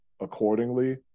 accordingly